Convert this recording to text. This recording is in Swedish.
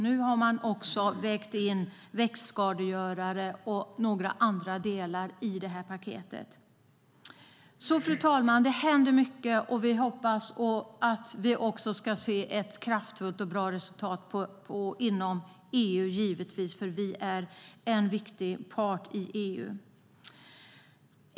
Nu har man också vägt in växtskadegörare och några andra delar i detta paket. Fru talman! Det händer alltså mycket, och vi hoppas givetvis att vi ska se ett kraftfullt och bra resultat inom EU eftersom vi är en viktig part i EU.